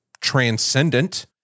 transcendent